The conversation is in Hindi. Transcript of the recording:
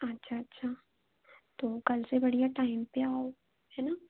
अच्छा अच्छा तो कल से बढ़िया टाईम पर आओ है न